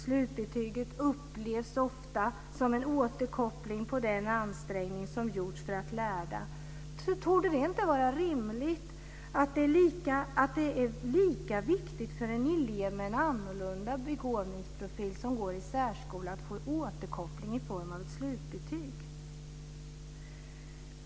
Slutbetyget upplevs ofta som en återkoppling på den ansträngning som gjorts för att lära. Det torde vara rimligt att det är lika viktigt för en elev med en annorlunda begåvningsprofil som går i särskola att få en återkoppling i form av ett slutbetyg.